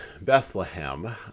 Bethlehem